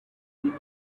see